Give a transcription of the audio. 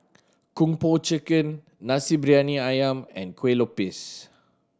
Kung Po Chicken Nasi Briyani Ayam and Kueh Lopes